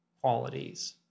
qualities